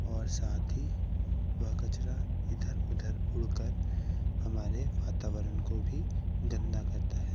और साथ ही वह कचड़ा इधर उधर उड़ कर हमारे वातावरण को भी गंदा करता है